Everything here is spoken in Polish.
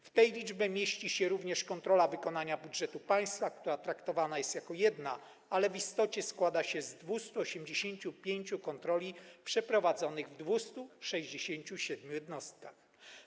W tej liczbie mieści się również kontrola wykonania budżetu państwa, która traktowana jest jako jedna, ale w istocie składa się z 285 kontroli przeprowadzonych w 267 jednostkach.